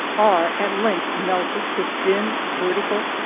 are at length melted to thin, vertical,